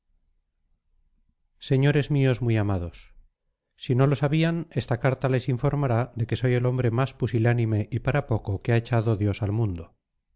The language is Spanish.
señores míos muy amados si no lo sabían esta carta les informará de que soy el hombre más pusilánime y para poco que ha echado dios al mundo